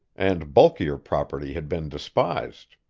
and bulkier property had been despised.